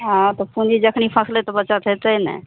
हँ तऽ पूँजी जखने फँसलइ तऽ बचत हेतय ने